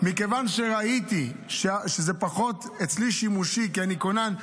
מכיוון שראיתי שזה פחות שימושי אצלי, כי אני כונן,